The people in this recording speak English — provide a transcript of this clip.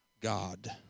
God